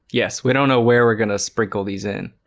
yes we don't know where we're gonna sprinkle these in.